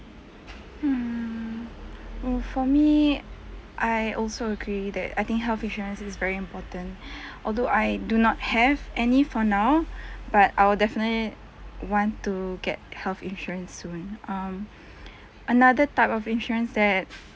hmm uh for me I also agree that I think health insurance is very important although I do not have any for now but I will definitely want to get health insurance soon um another type of insurance that